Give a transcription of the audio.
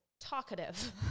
talkative